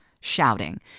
shouting